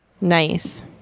Nice